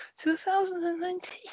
2019